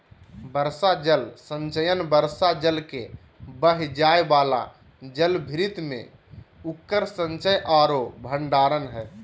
वर्षा जल संचयन वर्षा जल के बह जाय वाला जलभृत में उकर संचय औरो भंडारण हइ